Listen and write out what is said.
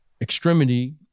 extremity